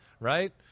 right